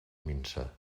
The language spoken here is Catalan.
minsa